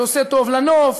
זה עושה טוב לנוף,